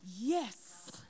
Yes